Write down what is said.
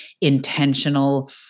intentional